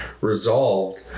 resolved